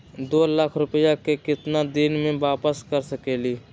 दो लाख रुपया के केतना दिन में वापस कर सकेली?